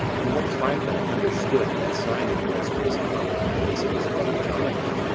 and when tryphon understood that simon was risen up in the place of his brother, jonathan,